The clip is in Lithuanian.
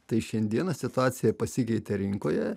tai šiandieną situacija pasikeitė rinkoje